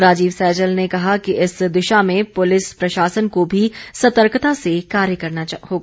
राजीव सैजल ने कहा कि इस दिशा में पुलिस प्रशासन को भी सतर्कता से कार्य करना होगा